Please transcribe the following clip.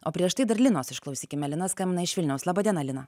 o prieš tai dar linos išklausykime lina skambina iš vilniaus laba diena lina